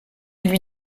lui